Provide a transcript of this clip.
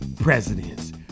presidents